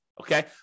Okay